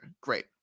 great